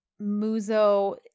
Muzo